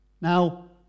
Now